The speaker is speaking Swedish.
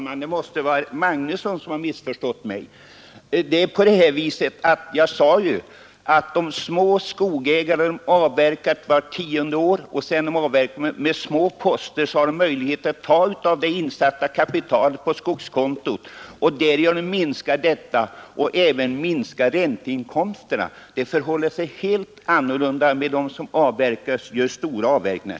Fru talman! Herr Magnusson i Borås måste ha missförstått mig. Jag sade att de små skogsägarna avverkar kanske vart tionde år små poster 10 november 1972 och sedan har de möjlighet att ta av det insatta kapitalet på skogskontot —— och använda till olika ändamål. Därigenom minskar de kapitalet betydligt Beskattningen av och följaktligen även ränteinkomsterna. Det förhåller sig annorlunda med ränteavkastning de skogsägare som kan göra stora avverkningar.